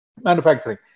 manufacturing